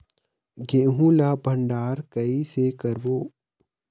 गेहूं ला भंडार कई से करबो?